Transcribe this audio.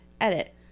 Edit